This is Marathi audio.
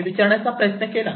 हे विचारण्याचा प्रयत्न केला